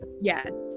yes